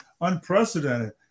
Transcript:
unprecedented